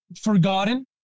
forgotten